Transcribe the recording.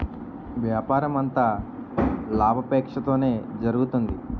వ్యాపారమంతా లాభాపేక్షతోనే జరుగుతుంది